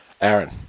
Aaron